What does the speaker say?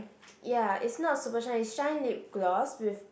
ya it's not super shine it's shine lip gloss with